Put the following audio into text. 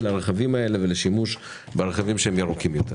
לרכבים האלה ולשימוש ברכבים ירוקים יותר.